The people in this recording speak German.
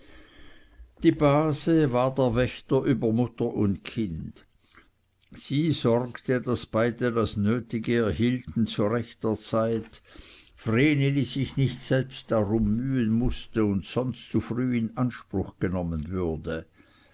die base war der wächter über mutter und kind sie sorgte daß beide das nötige erhielten zu rechter zeit vreneli sich nicht selbst darum mühen mußte oder sonst zu früh in anspruch genommen würde